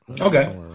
Okay